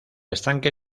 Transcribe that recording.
estanque